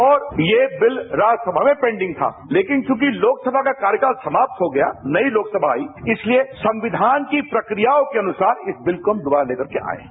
और ये बिल राज्यसभा में पेंडिंग था लेकिन च्रंकि लोकसभा का कार्यकाल समाप्त हो गया नई लोकसभा आई इसलिए संविधान की प्रक्रियाओं के अनुसार इस बिल को हम दोबारा लेकर के आए हैं